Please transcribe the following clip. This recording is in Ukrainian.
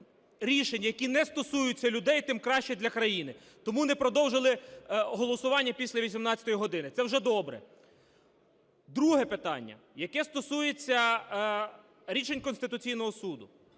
рішень, які не стосуються людей, тим краще для країни, тому не продовжили голосування після 18 години, це вже добре. Друге питання, яке стосується рішень Конституційного Суду.